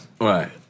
Right